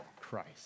Christ